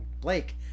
blake